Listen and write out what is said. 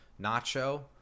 Nacho